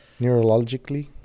neurologically